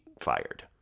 fired